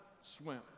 swim